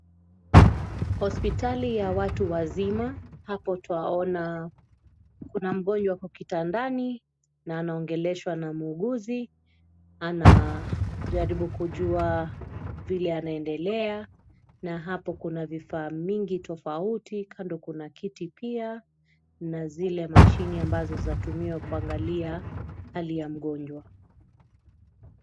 Hospitali ya watu wazima. Hapo twaona kuna mgonjwa ako kitandani na anaongeleshwa na muuguzi. Anajaribu kujua vile anaendelea na hapo kuna vifaa mingi tofauti. Kando kuna kiti pia na zile mashini ambazo zatumiwa kuangalia hali ya mgonjwa.